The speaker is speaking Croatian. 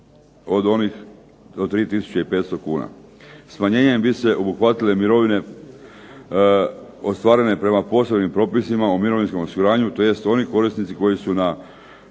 od onih do 3,500 kn. Smanjenjem bi se obuhvatile mirovine ostvarene prema posebnim propisima u mirovinskom osiguranju tj. oni korisnici koji su na